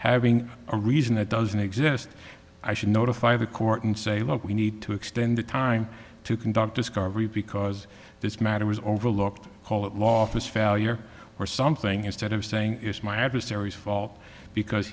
having a reason that doesn't exist i should notify the court and say look we need to extend the time to conduct discovery because this matter was overlooked call it law office failure or something instead of saying it's my adversaries fault because